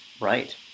Right